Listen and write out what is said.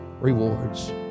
rewards